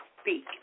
speak